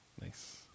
Nice